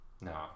No